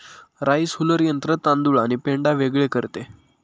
rice huller यंत्र तांदूळ आणि पेंढा वेगळे करते